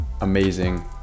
amazing